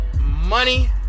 Money